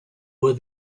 were